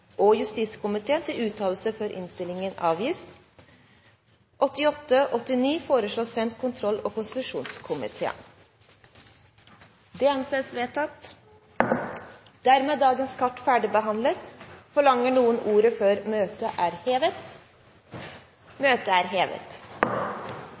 og det anses vedtatt. Dermed er dagens kart ferdigbehandlet. Forlanger noen ordet før møtet heves? – Møtet er hevet.